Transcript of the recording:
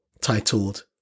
titled